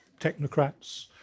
technocrats